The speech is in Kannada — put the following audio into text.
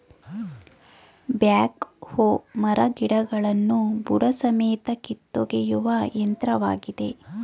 ಬ್ಯಾಕ್ ಹೋ ಮರಗಿಡಗಳನ್ನು ಬುಡಸಮೇತ ಕಿತ್ತೊಗೆಯುವ ಯಂತ್ರವಾಗಿದೆ